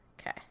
Okay